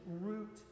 root